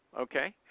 okay